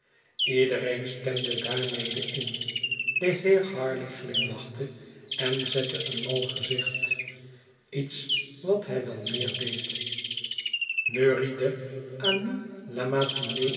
iedereen stemde daarmede in de heer harleigh glimlachte en zette een mal gezicht iets wat hij wel meer deed neuriede amis la